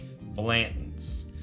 Blanton's